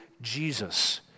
Jesus